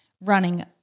running